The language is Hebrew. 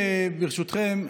ברשותכם,